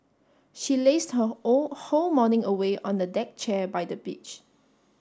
she lazed her all whole morning away on a deck chair by the beach